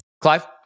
Clive